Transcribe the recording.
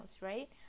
right